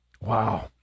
Wow